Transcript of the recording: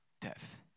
death